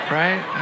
right